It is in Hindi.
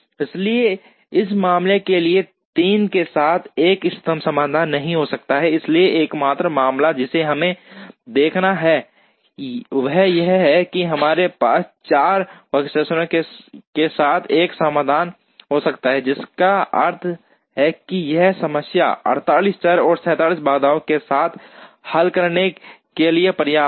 इसलिए इस मामले के लिए 3 के साथ एक इष्टतम समाधान नहीं हो सकता है इसलिए एकमात्र मामला जिसे हमें देखना है वह यह है कि क्या हमारे पास 4 वर्कस्टेशनों के साथ एक समाधान हो सकता है जिसका अर्थ है कि यह समस्या 48 चर और 67 बाधाओं के साथ हल करने के लिए पर्याप्त है